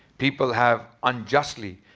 people have unjustly,